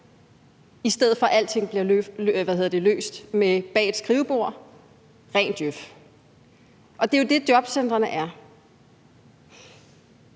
i stedet for at alting bliver løst bag et skrivebord; det er ren Djøf. Det er jo det, jobcentrene er.